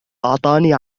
أعطاني